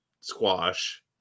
squash